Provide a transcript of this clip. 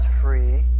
free